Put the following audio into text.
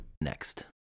next